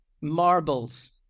Marbles